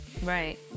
Right